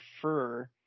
prefer